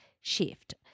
shift